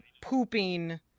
pooping